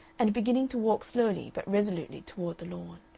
and beginning to walk slowly but resolutely toward the lawn,